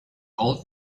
old